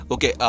Okay